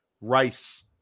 Rice